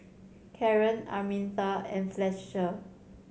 Karen Arminta and Fletcher